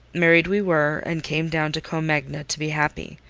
married we were, and came down to combe magna to be happy,